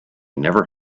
never